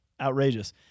outrageous